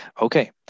Okay